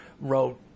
wrote